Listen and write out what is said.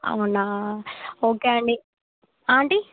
అవునా ఓకే అండి ఆంటీ